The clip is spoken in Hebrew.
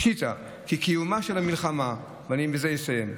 פשיטא כי קיומה של המלחמה כשלעצמה" ובזה אני מסיים,